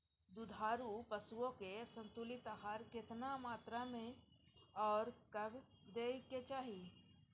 दुधारू पशुओं के संतुलित आहार केतना मात्रा में आर कब दैय के चाही?